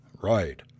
Right